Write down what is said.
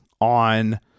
on